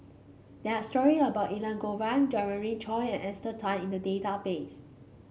there are story about Elangovan Jeremiah Choy and Esther Tan in the database